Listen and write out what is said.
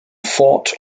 fought